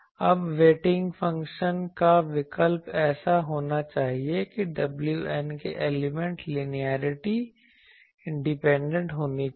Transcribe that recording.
अब weighting function का विकल्प ऐसा होना चाहिए कि wn के एलिमेंट लीनियरली इंडिपेंडेंट होने चाहिए